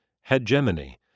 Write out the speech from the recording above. Hegemony